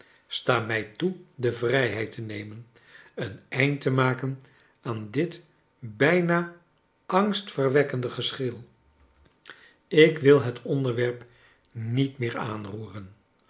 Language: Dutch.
sta mij toe de vrijheid te nemen een eind te maken aan dit bijna angstverwekkende gesch'il ik wil het onderwerp niet meer aanroeren